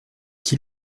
qui